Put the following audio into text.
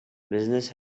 business